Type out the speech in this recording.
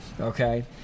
Okay